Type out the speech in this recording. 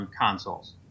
consoles